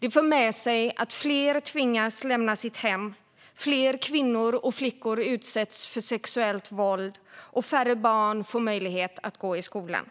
Detta för med sig att fler tvingas lämna sitt hem, att fler kvinnor och flickor utsätts för sexuellt våld och att färre barn får möjlighet att gå i skolan.